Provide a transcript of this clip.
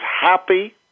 happy